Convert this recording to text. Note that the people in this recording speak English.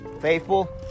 faithful